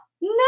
No